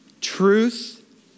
Truth